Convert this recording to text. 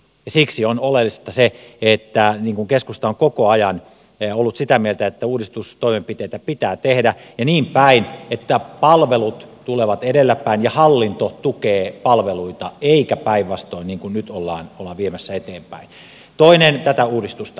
siksi on oleellista se niin kuin keskusta on koko ajan ollut sitä mieltä että uudistustoimenpiteitä pitää tehdä ja niin päin että palvelut tulevat edellä päin ja hallinto tukee palveluita eikä päinvastoin niin kuin nyt ollaan viemässä eteenpäin tätä uudistusta